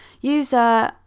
user